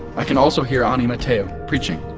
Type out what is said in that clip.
i can also hear ani mateo preaching